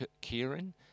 Kieran